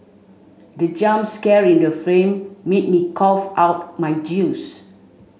the jump scare in the film made me cough out my juice